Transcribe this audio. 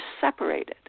separated